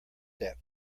that